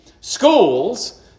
Schools